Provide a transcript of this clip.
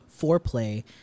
foreplay